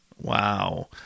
Wow